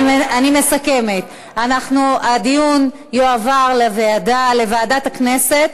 אני מסכמת: הדיון יועבר לוועדת הכנסת,